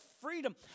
freedom